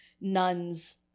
nuns